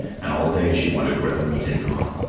and all day she wondered where the meat had gone.